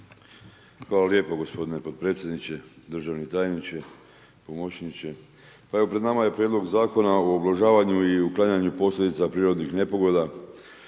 Hvala lijepo gospodine potpredsjedniče. Državni tajniče, pomočniče. Pa evo, pred nama je prijedlog Zakona o ublažavanju i uklanjanju posljedica prirodnih nepogoda